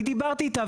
אני דיברתי איתה.